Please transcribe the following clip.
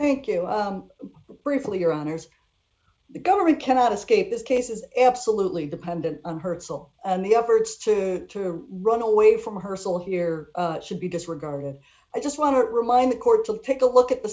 thank you briefly or honors the government cannot escape this case is absolutely dependent on her soul and the efforts to to run away from her still here should be disregarded i just want to remind the court to take a look at the